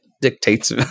dictates